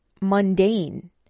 mundane